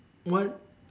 what